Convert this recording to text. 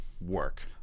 work